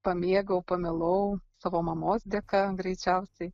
pamėgau pamilau savo mamos dėka greičiausiai